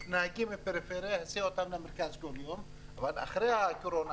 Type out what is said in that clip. נהגים מהפריפריה במרכז אבל אחרי הקורונה,